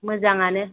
मोजाङानो